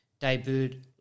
debuted